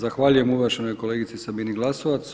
Zahvaljujem uvaženoj kolegici Sabini Glasovac.